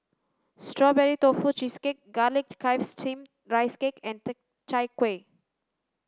strawberry tofu cheesecake garlic chives steamed rice cake and chai kuih